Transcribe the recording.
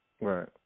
Right